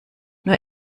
nur